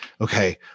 okay